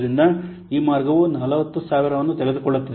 ಆದ್ದರಿಂದ ಈ ಮಾರ್ಗವು 40000 ಅನ್ನು ತೆಗೆದುಕೊಳ್ಳುತ್ತದೆ